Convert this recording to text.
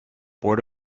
board